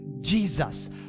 Jesus